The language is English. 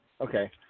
Okay